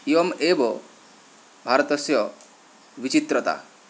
इयम् एव भारतस्य विचित्रता